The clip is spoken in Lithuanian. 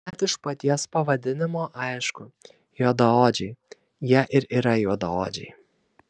net iš paties pavadinimo aišku juodaodžiai jie ir yra juodaodžiai